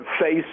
face